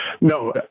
No